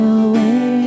away